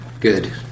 Good